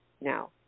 now